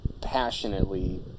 passionately